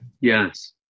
Yes